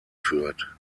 führt